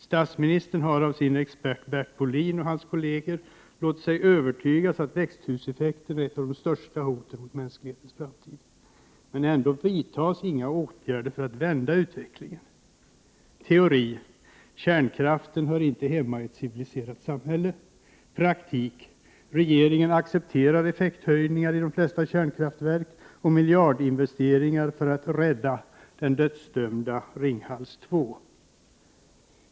Statsministern har av sin expert Bert Bolin och hans kolleger låtit sig övertygas om att växthuseffekten är ett av de största hoten mot mänsklighetens framtid. Ändå vidtas inga åtgärder för att vända utvecklingen. Teori: Kärnkraften hör inte hemma i ett civiliserat samhälle. Praktik: Regeringen accepterar effekthöjningar i de flesta kärnkraftverk och miljardinvesteringar för att rädda det dödsdömda Ringhals 2.